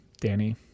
Danny